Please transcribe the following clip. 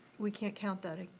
we can't count that,